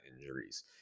injuries